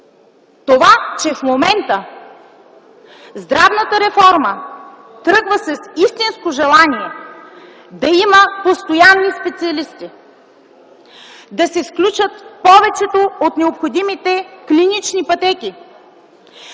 Това, че в момента здравната реформа тръгва с истинско желание да има постоянни специалисти, да се включат повечето от необходимите клинични пътеки,